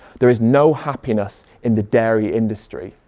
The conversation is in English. there is no happiness in the dairy industry.